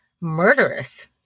murderous